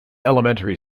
elementary